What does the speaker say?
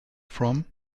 from